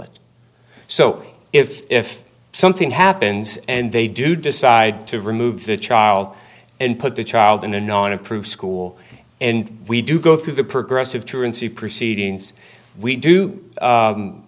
it so if something happens and they do decide to remove the child and put the child in a non approved school and we do go through the progressive tour and see proceedings we do